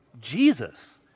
Jesus